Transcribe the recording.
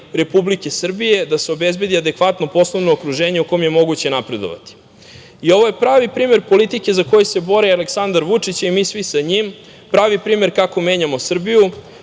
Republike Srbije da se obezbedi adekvatno poslovno okruženje u kom je moguće napredovati. Ovo je pravi primer politike za koju se bori Aleksandar Vučić i mi svi sa njim, pravi primer kako menjamo Srbiju,